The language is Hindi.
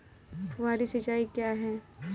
फुहारी सिंचाई क्या है?